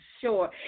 sure